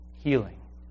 healing